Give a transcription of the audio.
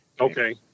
Okay